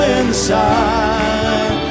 inside